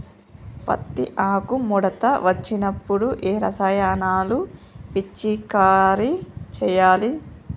పత్తి ఆకు ముడత వచ్చినప్పుడు ఏ రసాయనాలు పిచికారీ చేయాలి?